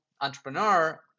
entrepreneur